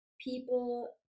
People